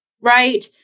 right